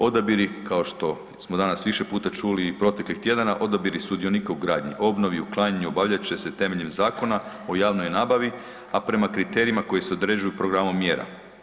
Odabiri, kao što smo danas više puta čuli i proteklih tjedana, odabiri sudionika u gradnji, obnovi i uklanjanju obavljat će se temeljem Zakona o javnoj nabavi, a prema kriterijima koji se određuju programom mjera.